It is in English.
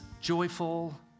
joyful